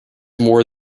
more